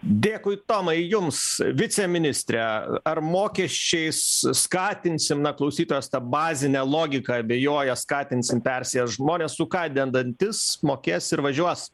dėkui tomai jums viceministre ar mokesčiais skatinsim na klausytojas tą bazine logika abejoja skatinsim persėst žmonės sukandę dantis mokės ir važiuos